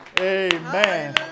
Amen